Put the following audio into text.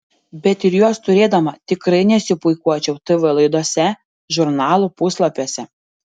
bet ir juos turėdama tikrai nesipuikuočiau tv laidose žurnalų puslapiuose